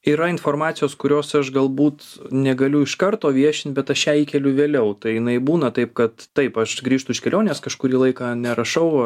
yra informacijos kurios aš galbūt negaliu iš karto viešint bet aš ją įkeliu vėliau tai jinai būna taip kad taip aš grįžtu iš kelionės kažkurį laiką nerašau